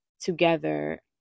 together